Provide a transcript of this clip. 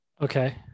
Okay